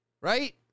right